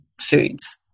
foods